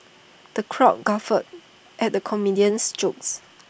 the crowd guffawed at the comedian's jokes